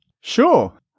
Sure